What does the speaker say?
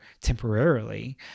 temporarily